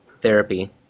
therapy